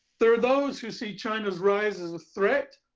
there are those who see china's rise as a threat,